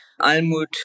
Almut